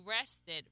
rested